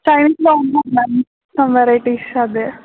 Chinese బావున్నా మం varieties అదే